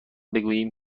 بگوییم